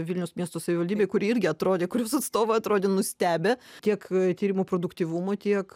vilniaus miesto savivaldybėj kuri irgi atrodė kurios atstovai atrodė nustebę tiek tyrimo produktyvumu tiek